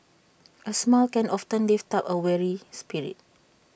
A smile can often lift up A weary spirit